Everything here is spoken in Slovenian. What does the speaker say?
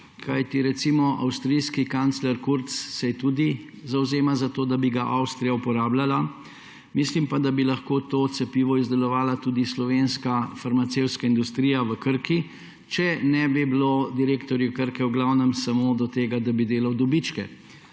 ruskega cepiva? Avstrijski kancler Kurz se tudi zavzema za to, da bi ga Avstrija uporabljala. Mislim pa, da bi lahko to cepivo izdelovala tudi slovenska farmacevtska industrija v Krki, če ne bi bilo direktorju Krke v glavnem samo do tega, da bi delal dobičke.